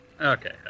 Okay